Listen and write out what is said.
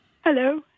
Hello